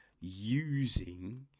using